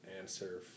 answer